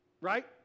right